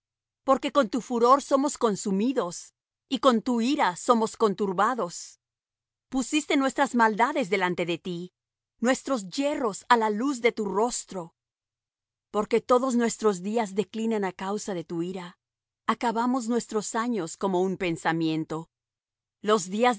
porque con tu furor somos consumidos y con tu ira somos conturbados pusiste nuestras maldades delante de ti nuestros yerros á la luz de tu rostro porque todos nuestros días declinan á causa de tu ira acabamos nuestros años como un pensamiento los días de